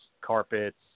carpets